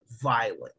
violent